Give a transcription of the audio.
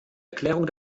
erklärung